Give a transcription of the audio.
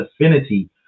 affinity